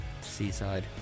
Seaside